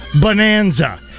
Bonanza